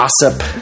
gossip